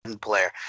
player